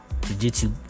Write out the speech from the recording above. jujitsu